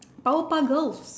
power puff girls